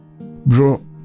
Bro